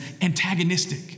antagonistic